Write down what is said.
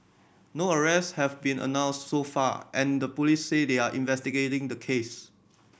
no arrests have been announced so far and the police said they are investigating the case